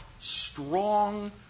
strong